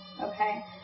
Okay